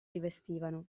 rivestivano